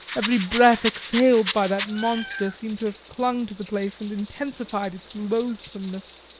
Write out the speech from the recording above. every breath exhaled by that monster seemed to have clung to the place and intensified its loathsomeness.